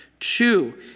Two